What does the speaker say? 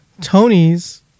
Tony's